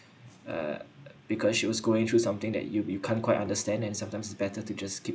uh because she was going through something that you you can't quite understand and sometimes is better to just skip